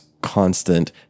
constant